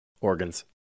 Organs